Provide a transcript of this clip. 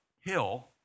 hill